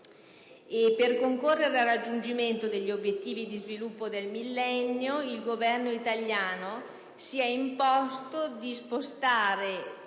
Per concorrere al raggiungimento degli obiettivi di sviluppo del Millennio, il Governo italiano si è imposto di spostare